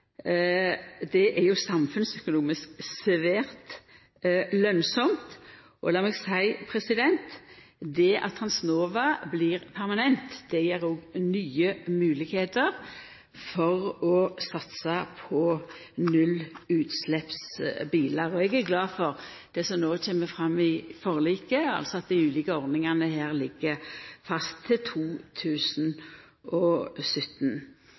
Det er jo samfunnsøkonomisk svært lønnsamt. Lat meg seia: Det at Transnova blir permanent, gjev òg nye moglegheiter for å satsa på nullutsleppsbilar. Eg er glad for det som no kjem fram i forliket, altså at dei ulike ordningane her ligg fast til